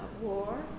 war